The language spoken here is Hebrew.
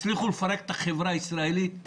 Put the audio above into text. הצלחתם לפרק את החברה הישראלית.